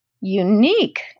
unique